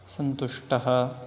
सन्तुष्टः